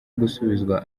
gusubizwa